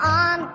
on